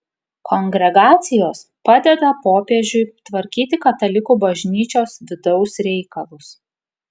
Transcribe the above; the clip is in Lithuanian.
kongregacijos padeda popiežiui tvarkyti katalikų bažnyčios vidaus reikalus